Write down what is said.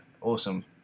awesome